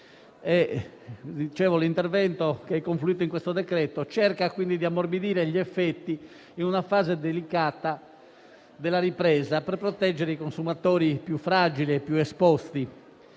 criticità - che è confluito in questo decreto-legge cerca quindi di ammorbidirne gli effetti in una fase delicata della ripresa per proteggere i consumatori più fragili e più esposti.